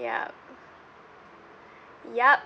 yup yup